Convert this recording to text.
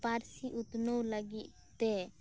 ᱯᱟᱹᱨᱥᱤ ᱩᱛᱱᱟᱹᱣ ᱞᱟᱹᱜᱤᱫ ᱛᱮ